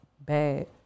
bad